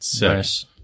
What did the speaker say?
Nice